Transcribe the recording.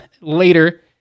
later